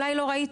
אולי לא ראיתם.